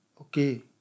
Okay